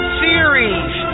series